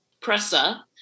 pressa